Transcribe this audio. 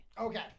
Okay